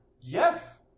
Yes